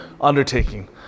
undertaking